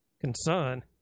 concern